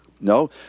No